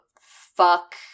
fuck